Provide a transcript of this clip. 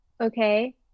okay